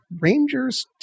rangers